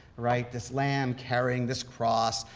right? this lamb carrying this cross.